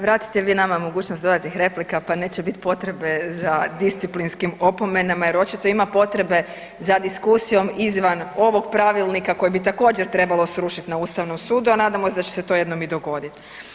Vratite vi nama mogućnost dodatnih replika pa neće biti potrebe za disciplinskim opomenama jer očito ima potrebe za diskusijom izvan ovog pravilnika koji bi također trebalo srušiti na Ustavnom sudu, a nadamo se da će se to jednom i dogoditi.